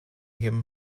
him